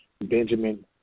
Benjamin